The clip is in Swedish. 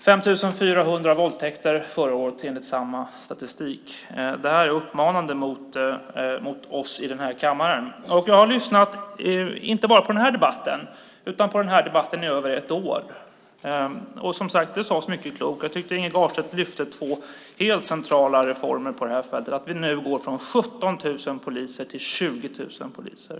5 400 våldtäkter anmäldes förra året enligt samma statistik. Det här är utmanande mot oss i den här kammaren. Jag har inte bara lyssnat på debatten här i dag, utan jag har lyssnat på den här debatten i över ett år. Det sades mycket klokt här. Jag tycker att Inge Garstedt lyfte fram två helt centrala reformer på det här området. Nu går vi från 17 000 till 20 000 poliser.